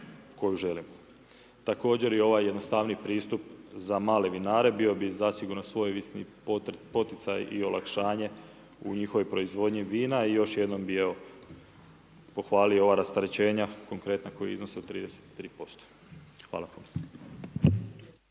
koju želimo. Također i ovaj jednostavniji pristup za male vinare bio bi zasigurno svojevrsni poticaj i olakšanje u njihovoj proizvodnji vina i još jednom bih evo pohvalio ova rasterećenja konkretno koja iznose od 33%. Hvala.